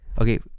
Okay